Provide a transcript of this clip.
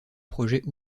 projet